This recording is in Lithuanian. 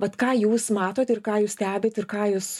vat ką jūs matot ir ką jūs stebit ir ką jūs